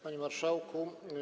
Panie Marszałku!